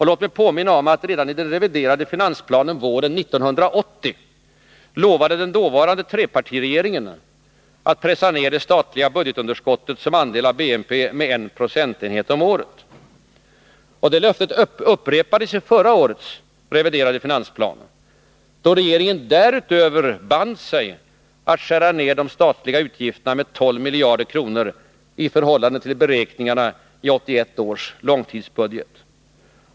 Låt mig påminna om att redan i den reviderade finansplanen våren 1980 lovade den dåvarande trepartiregeringen att pressa ner det statliga budgetunderskottet som andel av BNP med 1 procentenhet om året. Det löftet upprepadesi förra årets reviderade finansplan, då regeringen därutöver band sig för att skära ner de statliga utgifterna med 12 miljarder kronor i förhållande till beräkningarna i 1981 års långtidsbudget.